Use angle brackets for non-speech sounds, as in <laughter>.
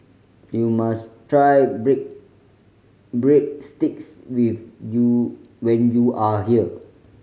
you must try <unintelligible> Breadsticks <unintelligible> you when you are here